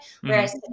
Whereas